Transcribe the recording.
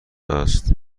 است